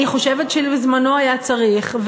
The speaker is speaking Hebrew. אני חושבת שבזמנו היה צריך,